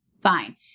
Fine